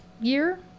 year